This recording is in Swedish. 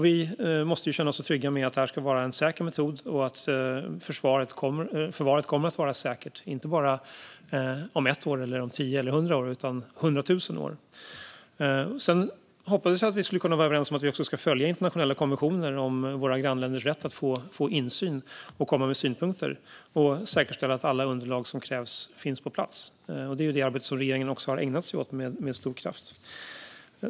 Vi måste känna oss trygga med att detta är en säker metod och att förvaret kommer att vara säkert, inte bara om 1, 10 eller 100 år utan även om 100 000 år. Jag hoppades att vi skulle kunna vara överens om att vi ska följa internationella konventioner om våra grannländers rätt att få insyn, att komma med synpunkter och att säkerställa att alla underlag som krävs finns på plats. Det är detta arbete som regeringen har ägnat sig åt med stor kraft.